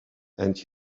and